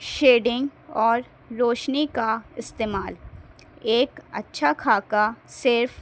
shedding اور روشنی کا استعمال ایک اچھا خاکہ صرف